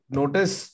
notice